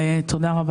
תודה.